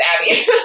Abby